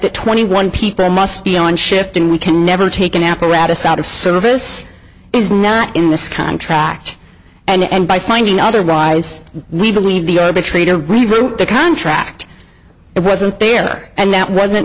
that twenty one people must be on shift and we can never take an apparatus out of service is not in this contract and by finding other guys we believe the arbitrator to review the contract it wasn't there and that wasn't